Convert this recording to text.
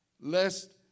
Lest